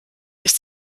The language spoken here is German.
sich